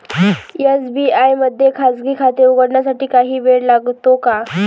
SBI मध्ये खाजगी खाते उघडण्यासाठी काही वेळ लागतो का?